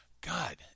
God